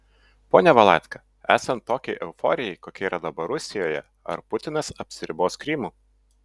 pone valatka esant tokiai euforijai kokia yra dabar rusijoje ar putinas apsiribos krymu